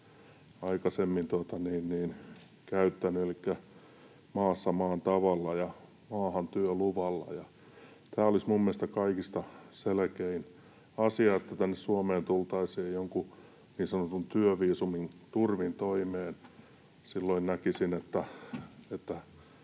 aikaisemmin käyttänyt, elikkä maassa maan tavalla ja maahan työluvalla. Tämä olisi minun mielestä kaikista selkein asia, että tänne Suomeen tultaisiin jonkun niin sanotun työviisumin turvin toimeen. Silloin näkisin, että